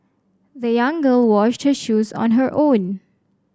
the young girl washed her shoes on her own